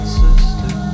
sister